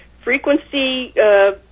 frequency